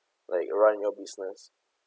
like run your business